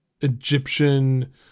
Egyptian